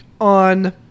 on